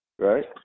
Right